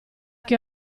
che